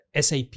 sap